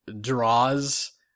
draws